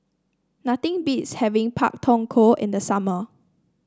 nothing beats having Pak Thong Ko in the summer